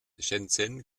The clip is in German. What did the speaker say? shenzhen